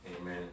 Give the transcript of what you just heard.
Amen